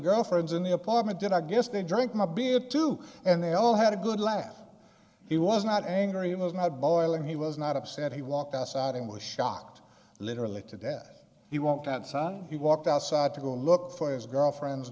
girlfriends in the apartment did i guess they drink a beer or two and they all had a good laugh he was not angry it was not boiling he was not upset he walked outside and was shocked literally to death he won't outside he walked outside to go look for his girlfriend's